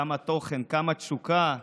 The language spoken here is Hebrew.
כמה תוכן, כמה תשוקה.